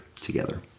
together